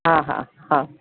हा हा हा